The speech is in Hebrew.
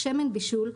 שמן בישול,